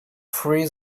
free